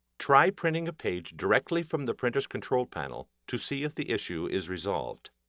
try printing a page directly from the printer's control panel to see if the issue is resolved.